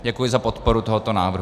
Děkuji za podporu tohoto návrhu.